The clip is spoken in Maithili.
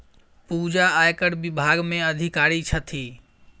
पूजा आयकर विभाग मे अधिकारी छथि